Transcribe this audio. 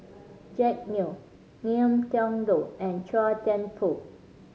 Jack Neo Ngiam Tong Dow and Chua Thian Poh